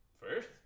First